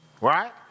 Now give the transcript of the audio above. right